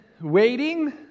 waiting